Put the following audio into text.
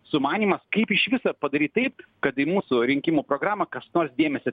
sumanymas kaip iš visa padaryt taip kad į mūsų rinkimų programą kas nors dėmesį